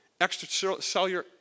extracellular